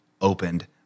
opened